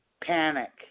Panic